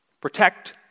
protect